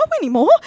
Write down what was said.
anymore